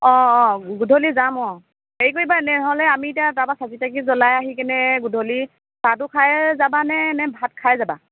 অঁ অঁ গধূলি যাম অঁ হেৰি কৰিবা তেনেহ'লে আমি এতিয়া তাৰপৰা চাকি তাকি জ্বলাই আহি কেনে গধূলি চাহটো খায়েই যাবানে নে ভাত খাই যাবা